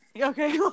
okay